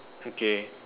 okay